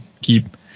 keep